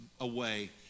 away